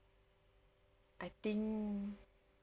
I think